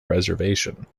reservation